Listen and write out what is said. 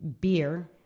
beer